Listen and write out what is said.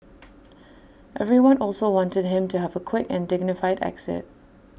everyone also wanted him to have A quick and dignified exit